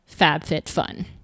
FabFitFun